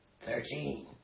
Thirteen